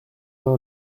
pas